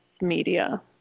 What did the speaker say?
media